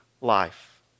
life